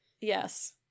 Yes